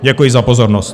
Děkuji za pozornost.